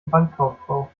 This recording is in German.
bankkauffrau